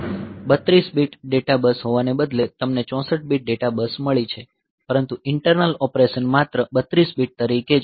32 bit data bus હોવાને બદલે તમને 64 બીટ ડેટા બસ મળી છે પરંતુ ઇન્ટરનલ ઓપરેશન માત્ર 32 બીટ તરીકે જ રહે છે